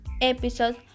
episode